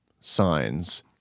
signs